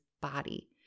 body